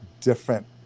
different